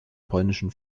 polnischen